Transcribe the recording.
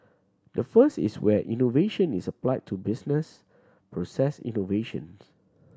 the first is where innovation is applied to business process innovations